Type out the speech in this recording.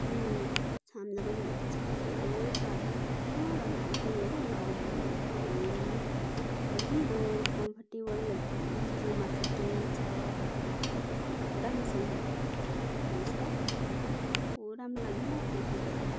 छाम्दा पनि मजाको छ नरम खाले हो लाउँदा एकदम सजिलो कम्फर्टेबल एकदम जिउमा फिटिङ छ कस्तो राम्रो छ यी हेर्नु होस् त कस्तो राम्रो लाग्यो मलाई त यो कुर्ता त